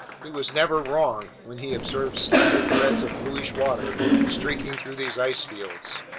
he was never wrong when he observed slender threads of bluish water streaking through these ice fields.